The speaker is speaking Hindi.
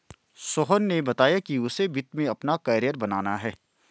सोहन ने बताया कि उसे वित्त में अपना कैरियर बनाना है